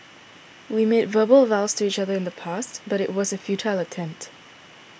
we made verbal vows to each other in the past but it was a futile attempt